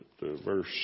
verse